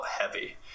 heavy